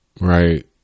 right